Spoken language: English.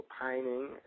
pining